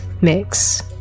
mix